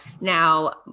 now